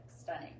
stunning